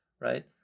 right